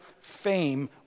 fame